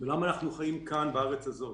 ולמה אנחנו חיים כאן בארץ הזאת,